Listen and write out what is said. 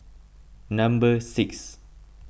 number six